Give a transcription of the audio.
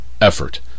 effort